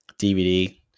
DVD